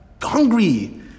Hungry